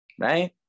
right